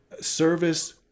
service